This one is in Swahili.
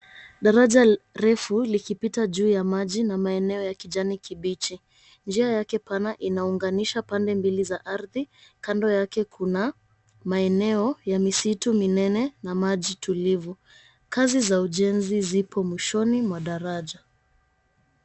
Daraja refu likipita juu ya maji na maeneo ya kijani kibichi. Njia yake pana inaunganisha pande mbili za ardhi, kando yake kuna maeneo ya misitu minene na maji tulivu. Kazi za ujenzi zipo mwishoni mwa daraja.